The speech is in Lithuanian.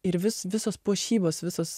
ir vis visos puošybos visos